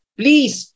please